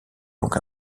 donc